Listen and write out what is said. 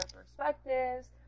perspectives